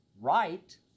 right